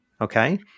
okay